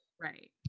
Right